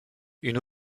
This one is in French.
une